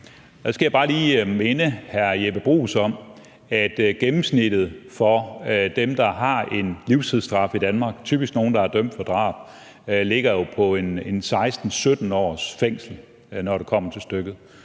Jeppe Bruus om, at gennemsnittet for dem, der har en livstidsstraf i Danmark, typisk nogle, der er dømt for drab, jo ligger på 16-17 år i fængsel, når det kommer til stykket.